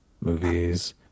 Movies